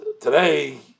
today